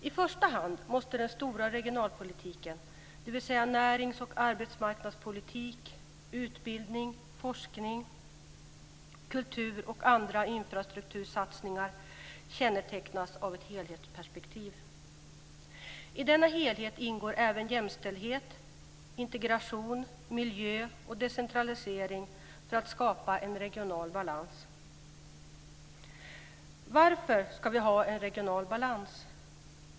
I första hand måste den stora regionalpolitiken - kännetecknas av ett helhetsperspektiv. I denna helhet ingår även jämställdhet, integration, miljö och decentralisering för att skapa regional balans. Varför ska vi ha regional balans?